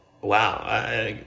wow